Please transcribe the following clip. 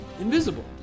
invisible